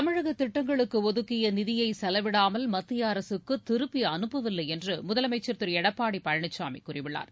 தமிழக திட்டங்களுக்கு ஒதுக்கிய நிதியை செலவிடாமல் மத்திய அரசுக்கு திருப்பி அனுப்பவில்லை என்று முதலமைச்சர் திரு எடப்பாடி பழனிசாமி கூறியுள்ளார்